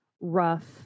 rough